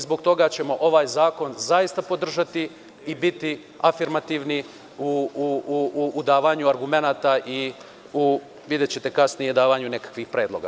Zbog toga ćemo ovaj zakon zaista podržati i biti afirmativni u davanju argumenata i u, videćete kasnije, davanju nekakvih predloga.